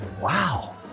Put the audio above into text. wow